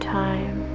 time